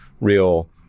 real